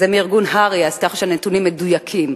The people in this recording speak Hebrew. זה מארגון הר"י, אז ככה שהנתונים מדויקים.